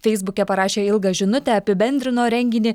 feisbuke parašė ilgą žinutę apibendrino renginį